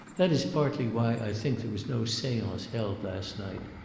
that is partly why i think there was no seance held last night.